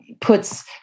puts